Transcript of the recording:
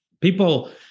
people